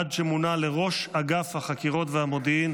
עד שמונה לראש אגף החקירות והמודיעין